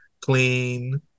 clean